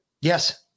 Yes